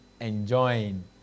enjoying